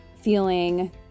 feeling